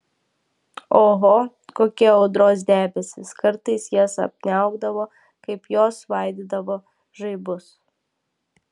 oho kokie audros debesys kartais jas apniaukdavo kaip jos svaidydavo žaibus